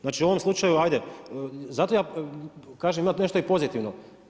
Znači, u ovom slučaju, ajde, zato ja kažem, ima nešto i pozitivno.